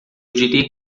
diria